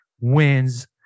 wins